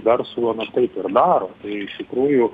verslo na taip ir daro tai iš tikrųjų